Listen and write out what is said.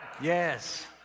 Yes